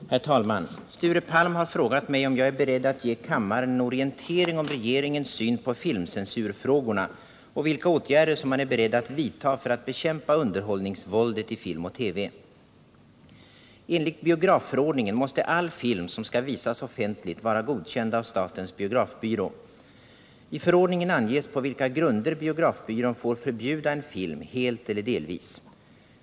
Herr talman! Sture Palm har frågat mig om jag är beredd att ge kammaren en orientering om regeringens syn på filmcensurfrågorna och vilka åtgärder som man är beredd att vidta för att bekämpa underhållnings = Nr 19 våldet i film och TV. Fredagen den Enligt biografförordningen måste all film som skall visas offentligt 28 oktober 1977 vara godkänd av statens biografbyrå. I förordningen anges på vilkagrun= = der biografbyrån får förbjuda en film helt eller delvis.